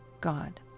God